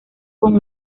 con